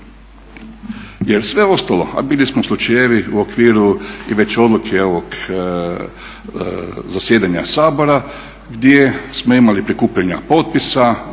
Jer sve ostalo a bili smo slučajevi u okviru i već odluke ovog zasjedanja Sabora gdje smo imali prikupljanja potpisa